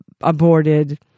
aborted